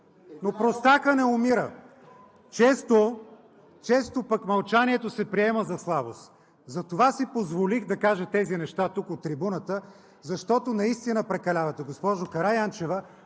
но простакът не умира, често пък мълчанието се приема за слабост. Затова си позволих да кажа тези неща тук от трибуната, защото наистина прекалявате. Госпожо Караянчева,